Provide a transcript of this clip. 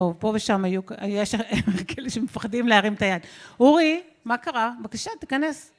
או פה ושם היו כאלה שמפחדים להרים את היד, אורי מה קרה בבקשה תכנס